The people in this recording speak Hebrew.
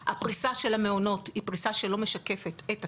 הפריסה של המעונות היא פריסה שלא משקפת את הצרכים,